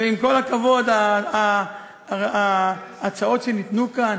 ועם כל הכבוד להצעות שניתנו כאן,